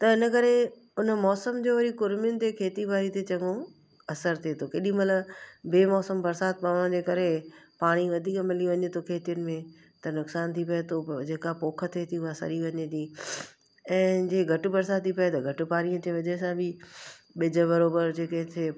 त इनकरे हुन मौसम जो वरी कुरिमियुनि ते खेती ॿाड़ी ते चङो असरु थिए थो केॾी महिल बेमौसम बरसाति पवण जे करे पाणी वधीक मिली वञे थो खेतियुनि में त नुक़सानु थी पिए थो जे का पोख थिए थी उहा सड़ी वञे थी ऐं जे घटि बरसाति थी पिए त घटि पाणीअ जे वजह सां बि ॿिज बराबरि जे के थिए